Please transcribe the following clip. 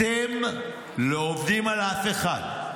אתם לא עובדים על אף אחד.